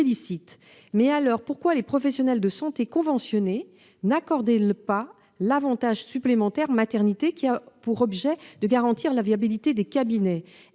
pas accorder aux professionnelles de santé conventionnées l'avantage supplémentaire maternité qui a pour objet de garantir la viabilité des cabinets ?